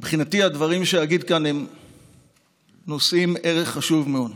מבחינתי הדברים שאגיד כאן נושאים ערך חשוב מאוד.